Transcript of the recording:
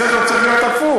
הסדר צריך להיות הפוך,